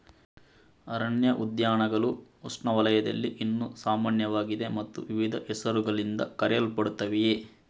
ಅರಣ್ಯ ಉದ್ಯಾನಗಳು ಉಷ್ಣವಲಯದಲ್ಲಿ ಇನ್ನೂ ಸಾಮಾನ್ಯವಾಗಿದೆ ಮತ್ತು ವಿವಿಧ ಹೆಸರುಗಳಿಂದ ಕರೆಯಲ್ಪಡುತ್ತವೆ